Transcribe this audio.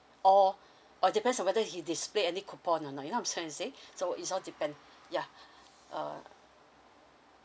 or or depends on whether he display any coupon or not you know I'm trying to say so it's all depend yeah uh